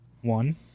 one